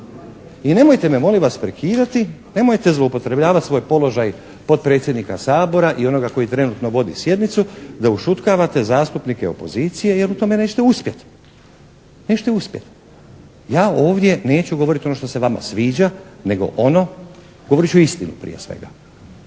I nemojte me molim vas prekidati, nemojte zloupotrebljavati svoj položaj potpredsjednika Sabora i onoga koji trenutno vodi sjednicu da ušutkavate zastupnike opozicije, jer u tome neće uspjeti. Neće uspjeti. Ja ovdje neću govoriti što se vama sviđa, nego ono, govorit ću istinu prije svega.